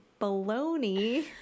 baloney